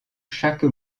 chaque